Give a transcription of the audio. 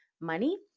money